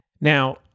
Now